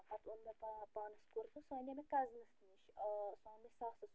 پتہٕ اوٚن مےٚ پا پانس کُرتہٕ سُہ انے مےٚ کزنس نِش سُہ آو مےٚ ساسس رۄپیس